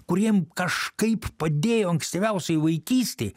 kuriem kažkaip padėjo ankstyviausioj vaikystėj